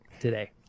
today